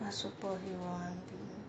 what superhero I want to be